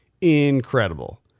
incredible